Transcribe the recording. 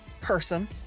person